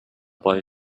boy